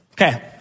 Okay